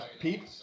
Pete